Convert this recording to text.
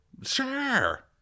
Sure